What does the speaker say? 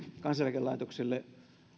kansaneläkelaitokselle